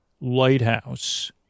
lighthouse